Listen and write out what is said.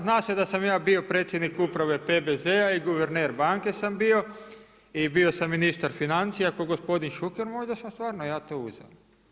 Zna se da sam ja bio predsjednik Uprave PBZ-a i guverner banke sam bio i bio sam ministar financija kao gospodin Šuker, možda sam stvarno ja to uzeo.